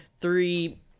three